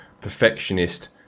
perfectionist